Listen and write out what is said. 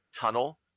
tunnel